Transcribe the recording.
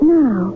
now